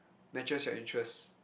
matches your interest